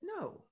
No